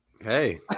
Hey